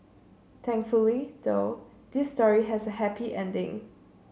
thankfully though this story has a happy ending